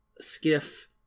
skiff